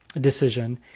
decision